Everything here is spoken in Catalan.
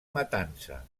matança